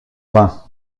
vain